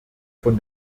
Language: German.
von